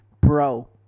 Bro